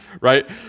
right